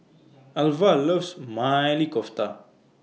Alvah loves Maili Kofta